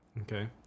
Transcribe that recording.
okay